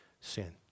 sin